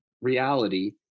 reality